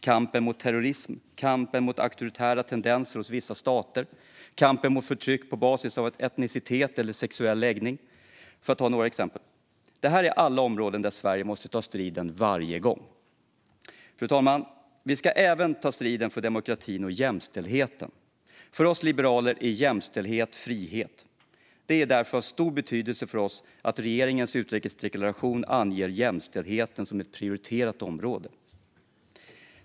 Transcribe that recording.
Kampen mot terrorism, kampen mot auktoritära tendenser hos vissa stater och kampen mot förtryck på basis av etnicitet eller sexuell läggning, för att ta några exempel, är alla områden där Sverige måste ta striden varje gång. Fru talman! Vi ska även ta striden för demokratin och jämställdheten. För oss liberaler är jämställdhet frihet. Det är därför av stor betydelse för oss att regeringens utrikesdeklaration anger jämställdheten som ett prioriterat område.